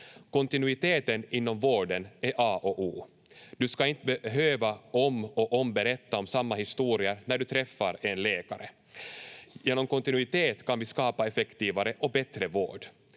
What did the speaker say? Kontinuiteten inom vården är A och O. Du ska inte behöva berätta samma historier om och om igen när du träffar en läkare. Genom kontinuitet kan vi skapa effektivare och bättre vård.